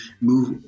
move